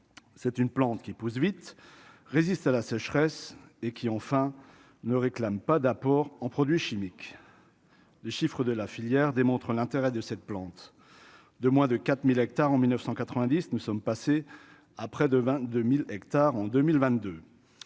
c'est une plante qui pousse vite résistent à la sécheresse et qui enfin ne réclame pas d'apports en produits chimiques, les chiffres de la filière démontre l'intérêt de cette plante de moins de 4000 hectares en 1990 nous sommes passés à près de 22000 hectares en 2022